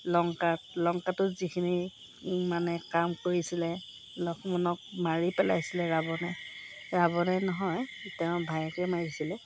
লংকাত লংকাতো যিখিনি মানে কাম কৰিছিলে লক্ষ্মণক মাৰি পেলাইছিলে ৰাৱণে ৰাৱণে নহয় তেওঁৰ ভায়েকে মাৰিছিলে